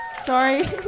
Sorry